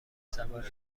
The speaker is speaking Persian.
سواری